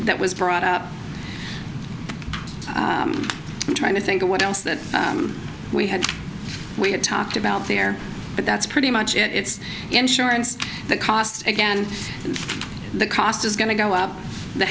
that was brought up in trying to think of what else that we had we had talked about there but that's pretty much it it's insurance the cost again and the cost is going to go up the